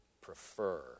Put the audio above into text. prefer